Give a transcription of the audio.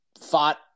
fought